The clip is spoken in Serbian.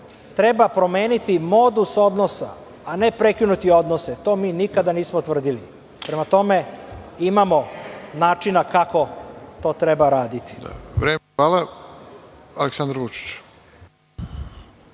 treba promeniti modus odnosa, a ne prekinuti odnose. To mi nikada nismo tvrdili. Prema tome, imamo načina kako to treba raditi. **Nenad Popović** Vreme.